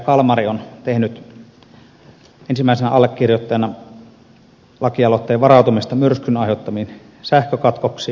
kalmari on tehnyt ensimmäisenä allekirjoittajana lakialoitteen varautumisesta myrskyn aiheuttamiin sähkökatkoksiin